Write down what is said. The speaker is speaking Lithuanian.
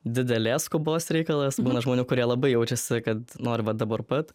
didelės skubos reikalas būna žmonių kurie labai jaučiasi kad nori va dabar pat